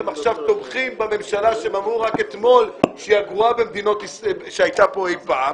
הם תומכים בממשלה שרק אתמול הם אמרו שהיא הגרועה בממשלות שהיו פה אי פעם.